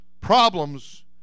problems